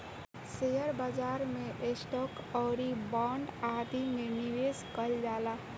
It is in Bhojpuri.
शेयर बाजार में स्टॉक आउरी बांड आदि में निबेश कईल जाला